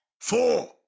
four